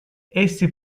essi